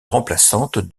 remplaçante